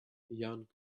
young